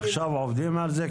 עכשיו עובדים על זה?